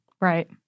Right